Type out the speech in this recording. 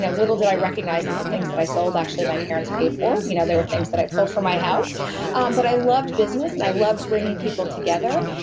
ah little did i recognize that the things that i sold actually my parents paid for. you know they were things that i culled from my house um but i loved business and i loved bringing people together.